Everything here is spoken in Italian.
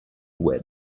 web